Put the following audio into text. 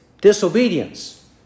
disobedience